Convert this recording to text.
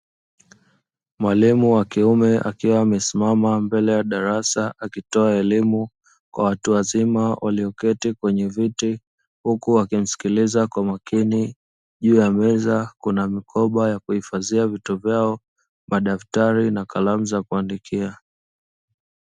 Mwalimu wa kiume akiwa amesimama mbele ya darasa akitoa elimu kwa watu wazima walioketi kwenye viti, huku wakimsikiliza kwa umakini, juu ya meza kuna mikoba ya kuhifadhia vitu vyao madaftari na kalamu za kuandikia.